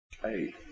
Hey